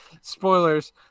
spoilers